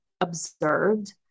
observed